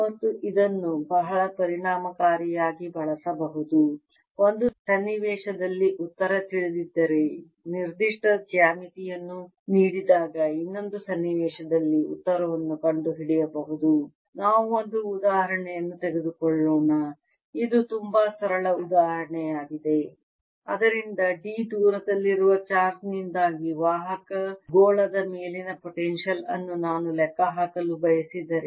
ಮತ್ತು ಇದನ್ನು ಬಹಳ ಪರಿಣಾಮಕಾರಿಯಾಗಿ ಬಳಸಬಹುದು ಒಂದು ಸನ್ನಿವೇಶದಲ್ಲಿ ಉತ್ತರ ತಿಳಿದಿದ್ದರೆ ನಿರ್ದಿಷ್ಟ ಜ್ಯಾಮಿತಿಯನ್ನು ನೀಡಿದಾಗ ಇನ್ನೊಂದು ಸನ್ನಿವೇಶದಲ್ಲಿ ಉತ್ತರವನ್ನು ಕಂಡುಹಿಡಿಯಬಹುದು ∫V1 ρ2 dr∫V1surfaceσ 2 ds∫V2 ρ1 dr∫V2surfaceσ 1 ds ನಾವು ಒಂದು ಉದಾಹರಣೆಯನ್ನು ತೆಗೆದುಕೊಳ್ಳೋಣ ಇದು ತುಂಬಾ ಸರಳ ಉದಾಹರಣೆಯಾಗಿದೆ ಅದರಿಂದ d ದೂರದಲ್ಲಿರುವ ಚಾರ್ಜ್ ನಿಂದಾಗಿ ವಾಹಕ ಗೋಳದ ಮೇಲಿನ ಪೊಟೆನ್ಶಿಯಲ್ ಅನ್ನು ನಾನು ಲೆಕ್ಕಹಾಕಲು ಬಯಸಿದರೆ